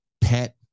pet